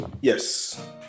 Yes